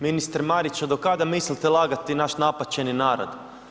Ministre Mariću do kada mislite lagati naš napaćeni narod.